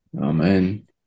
Amen